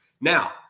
Now